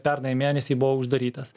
pernai mėnesį buvo uždarytas